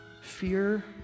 fear